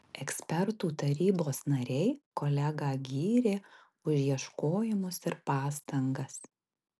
ekspertų tarybos nariai kolegą gyrė už ieškojimus ir pastangas